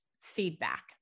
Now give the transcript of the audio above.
feedback